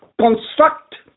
construct